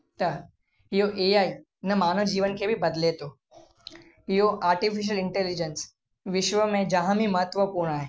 त इहो एआई इन मानव जीवन खे बि बदिले थो इहो आर्टिफिशियल इंटैलिजेंस विश्व में जाम ई महत्वपूर्ण आहे